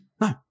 No